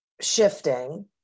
shifting